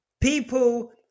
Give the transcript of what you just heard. people